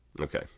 Okay